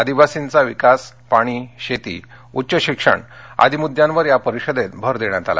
आदिवासींचा विकास पाणी शेती उच्च शिक्षणआदी मृद्यांवर या परिषदेत भर देण्यात आला